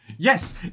Yes